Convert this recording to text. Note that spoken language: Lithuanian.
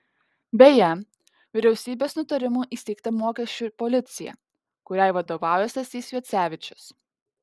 beje vyriausybės nutarimu įsteigta mokesčių policija kuriai vadovauja stasys juocevičius